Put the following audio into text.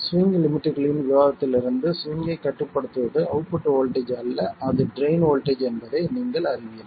swing லிமிட்களின் விவாதத்திலிருந்து swing ஐ கட்டுப்படுத்துவது அவுட்புட் வோல்ட்டேஜ் அல்ல அது ட்ரைன் வோல்ட்டேஜ் என்பதை நீங்கள் அறிவீர்கள்